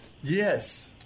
Yes